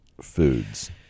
foods